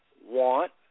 want